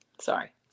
Sorry